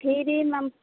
फिरीमे